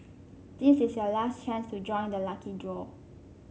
this is your last chance to join the lucky draw